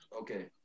Okay